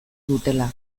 dutela